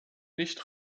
nicht